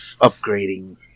upgrading